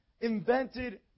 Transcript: invented